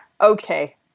okay